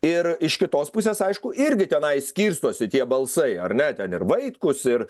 ir iš kitos pusės aišku irgi tenai skirstosi tie balsai ar ne ten ir vaitkus ir